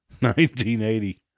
1980